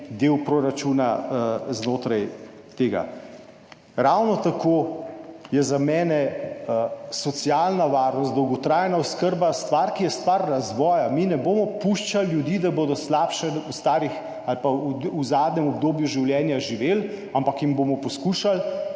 del proračuna znotraj tega. Ravno tako je za mene socialna varnost, dolgotrajna oskrba stvar, ki je stvar razvoja. Mi ne bomo puščali ljudi, da bodo slabše v starih ali pa v zadnjem obdobju življenja živeli, ampak jim bomo poskušali